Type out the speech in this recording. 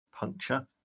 puncture